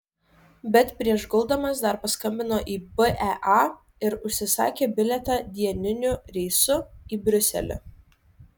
bet prieš guldamas dar paskambino į bea ir užsisakė bilietą dieniniu reisu į briuselį